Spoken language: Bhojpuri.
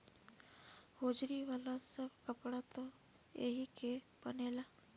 होजरी वाला सब कपड़ा त एही के बनेला